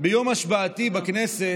ביום השבעתי בכנסת,